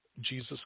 Jesus